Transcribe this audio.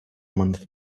month